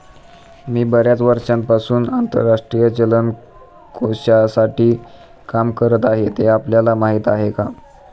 मी बर्याच वर्षांपासून आंतरराष्ट्रीय चलन कोशासाठी काम करत आहे, ते आपल्याला माहीत आहे का?